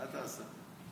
מה תעשה?